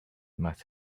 must